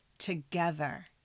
together